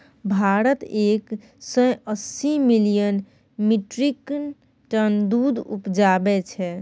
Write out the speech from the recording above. भारत एक सय अस्सी मिलियन मीट्रिक टन दुध उपजाबै छै